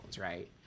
right